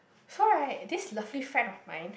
so right this lovely friend of mine